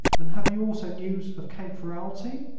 and have you also news of count ferralti?